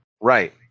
right